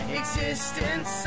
existence